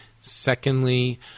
Secondly